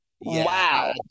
Wow